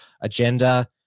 agenda